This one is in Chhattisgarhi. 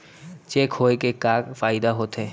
चेक होए के का फाइदा होथे?